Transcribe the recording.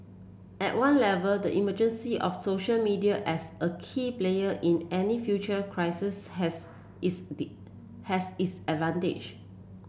at one level the emergence of social media as a key player in any future crisis has its did has its advantage